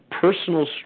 personal